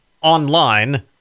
online